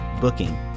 Booking